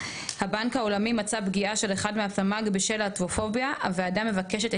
הבנק העולמי מצא פגיעה של אחד מהתמ"ג בשל להטופוביה והוועדה מבקשת את